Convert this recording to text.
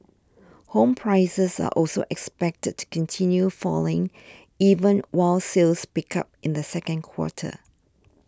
home prices are also expected to continue falling even while sales picked up in the second quarter